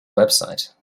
website